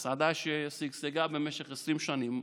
זו מסעדה ששגשגה במשך 20 שנים,